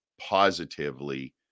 Positively